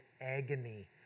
agony